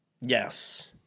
Yes